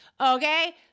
Okay